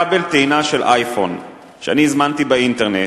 כבל טעינה של אייפון שאני הזמנתי באינטרנט,